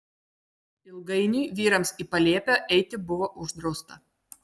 ilgainiui vyrams į palėpę eiti buvo uždrausta